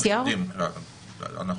נכון.